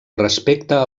respecte